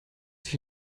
sich